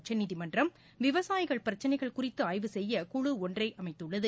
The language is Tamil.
உச்சநீதிமன்றம் விவசாயிகள் பிரச்சளைகள் குறித்து ஆய்வு செய்ய குழு ஒன்றை அமைத்துள்ளது